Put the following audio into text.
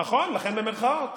נכון, לכן במירכאות.